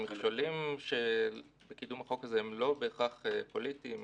שהמכשולים לקידום החוק הזה הם לא בהכרח פוליטיים.